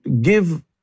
give